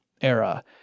era